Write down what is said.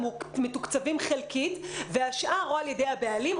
מתוקצבים חלקית והשאר או על ידי הבעלים,